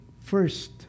first